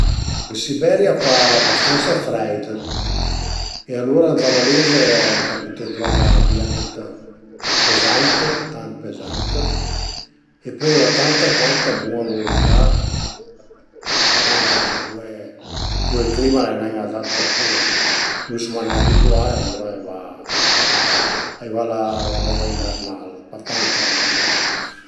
Prima dë tüt, prima dë ciamé scüza a cuaidün dëvrìa savei la mutivasiun perché deve felu, comuncue niente se l'as fait cualcoza che t'dëvìe nen logicament deve cerché dë d'arivé a ün compromesso, comuncue le scüze s'a sun necessarie, deu comuncue ciameie, pöi bo a dipend da tante coze